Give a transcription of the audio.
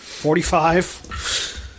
Forty-five